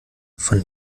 von